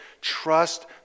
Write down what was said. trust